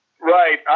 Right